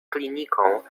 kliniką